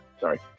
Sorry